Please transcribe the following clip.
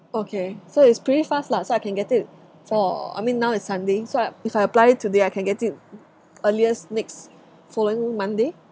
okay so it's pretty fast lah so I can get it for I mean now it's sunday so I if I apply it today I can get it earliest next following monday